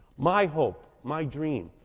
my hope, my dream,